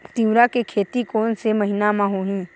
तीवरा के खेती कोन से महिना म होही?